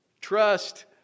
Trust